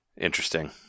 interesting